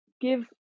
Give